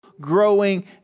growing